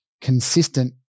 consistent